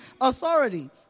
authority